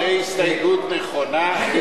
זו הסתייגות נכונה.